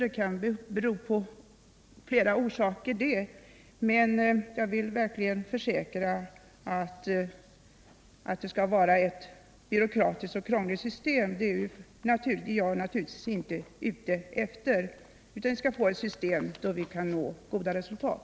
Det kan finnas flera orsaker till det, men jag vill försäkra att jag naturligtvis inte vill ha ett byråkratiskt och krångligt system utan ett system som kan leda till goda resultat.